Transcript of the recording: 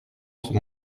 trente